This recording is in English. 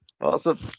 Awesome